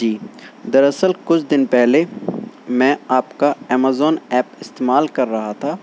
جی دراصل کچھ دن پہلے میں آپ کا ایمیزون ایپ استعمال کر رہا تھا